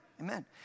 Amen